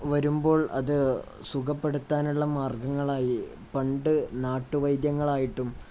വരുമ്പോൾ അത് സുഖപ്പെടുത്താനുള്ള മാർഗ്ഗങ്ങളായി പണ്ട് നാട്ടുവൈദ്യങ്ങളായിട്ടും